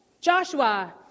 Joshua